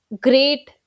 great